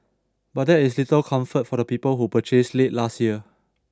but that is little comfort for the people who purchased late last year